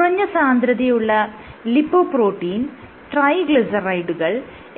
കുറഞ്ഞ സാന്ദ്രതയുള്ള ലിപ്പോപ്രോട്ടീൻ ട്രൈഗ്ലിസറൈഡുകൾ